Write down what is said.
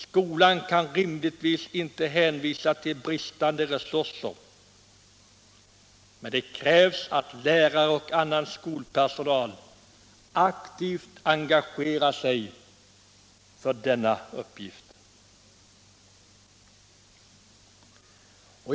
Skolan kan rimligtvis inte hänvisa till bristande resurser, men det krävs att lärare och annan skolpersonal aktivt engagerar sig för uppgiften.